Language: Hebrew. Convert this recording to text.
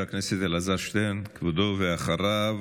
חבר הכנסת אלעזר שטרן, כבודו, ואחריו